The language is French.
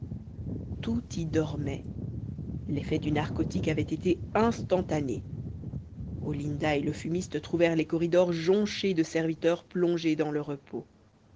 tout y dormait l'effet du narcotique avait été instantané olinda et le fumiste trouvèrent les corridors jonchés de serviteurs plongés dans le repos